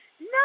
No